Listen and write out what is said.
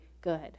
good